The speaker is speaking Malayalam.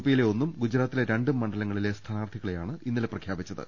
പിയിലെ ഒന്നും ഗുജറാത്തിലെ രണ്ടും മണ്ഡലങ്ങളിലെ സ്ഥാനാർത്ഥികളെ യാണ് ഇന്നലെ പ്രഖ്യാപിച്ചത്